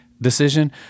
Decision